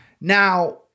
Now